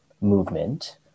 movement